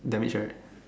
damage right